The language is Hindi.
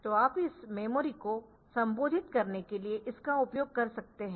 तो आप इस मेमोरी को संबोधित करने के लिए इसका उपयोग कर सकते है